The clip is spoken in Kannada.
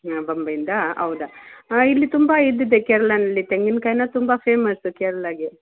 ಹಾಂ ಬೊಂಬೆಯಿಂದ ಹೌದ ಇಲ್ಲಿ ತುಂಬ ಇದಿದೆ ಕೆರಳನಲ್ಲಿ ತೆಂಗಿನ ಕಾಯ್ನು ತುಂಬ ಫೇಮಸ್ ಕೇರಳಗೆ